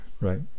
Right